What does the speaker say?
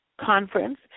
conference